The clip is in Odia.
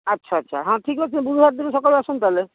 ଆଚ୍ଛା ଆଚ୍ଛା ହଁ ଠିକ୍ ଅଛି ଗୁରୁବାରଦିନ ସକାଳୁ ଆସନ୍ତୁ ତା'ହେଲେ